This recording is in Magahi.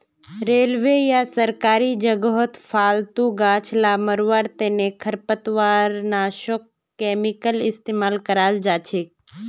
रेलवे या सरकारी जगहत फालतू गाछ ला मरवार तने खरपतवारनाशक केमिकल इस्तेमाल कराल जाछेक